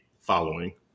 following